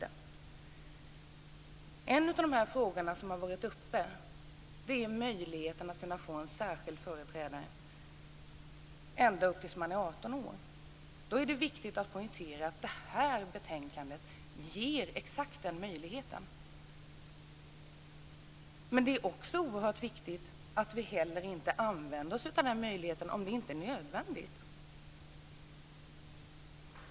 En av de frågor som har tagits upp är möjligheten att utse en särskild företrädare för barnet ända upp tills det har fyllt 18 år. Det är viktigt att poängtera att förslagen i det här betänkandet ger den möjligheten. Men man behöver inte använda sig av den möjligheten om det inte är nödvändigt med en företrädare.